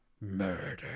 murder